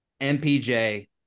MPJ